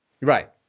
Right